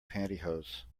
pantyhose